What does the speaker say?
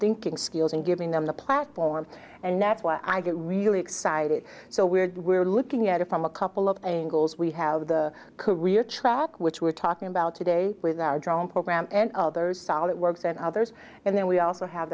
thinking skills and giving them the platform and that's why i get really excited so weird we're looking at it from a couple of angles we have the career track which we're talking about today with our drone program and others solve it works and others and then we also have